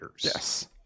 Yes